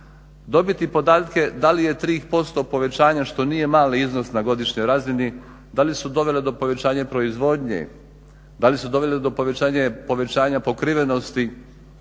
dobiti podatke da li je 3% povećanja što nije mali iznos na godišnjoj razini, da li su dovele do povećanje proizvodnje, da li doveli do povećanja pokrivenosti